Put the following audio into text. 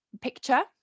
picture